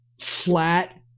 flat